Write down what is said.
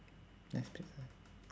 nice pizza